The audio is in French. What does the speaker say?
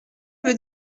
veut